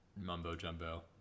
mumbo-jumbo